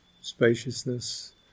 spaciousness